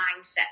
mindset